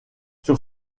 sur